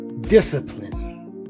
discipline